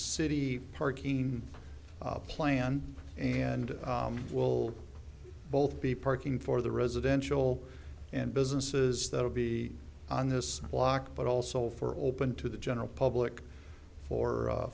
city parking plan and will both be parking for the residential and businesses that will be on this block but also for open to the general public for